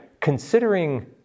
Considering